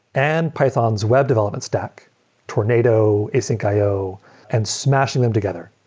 and python's web development stack tornado, async io and smashing them together,